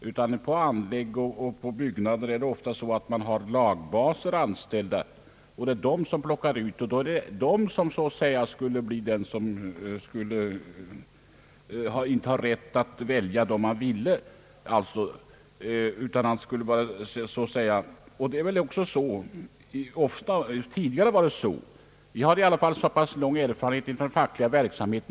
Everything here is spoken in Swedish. När det gäller anläggningsoch byggnadsverksamhet är det ofta lagbasar som väljer ut arbetskraft, och det skulle i så fall vara de som inte skulle ha rätt att välja den arbetskraft de vill. Vi har lång erfarenhet från facklig verksamhet.